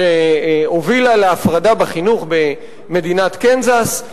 שהובילה להפרדה בחינוך במדינת קנזס.